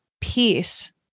peace